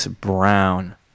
Brown